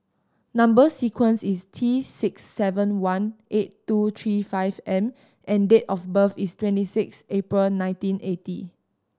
number sequence is T six seven one eight two three five M and date of birth is twenty six April nineteen eighty